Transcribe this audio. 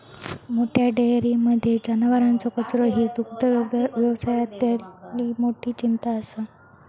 मोठ्या डेयरींमध्ये जनावरांचो कचरो ही दुग्धव्यवसायातली मोठी चिंता असा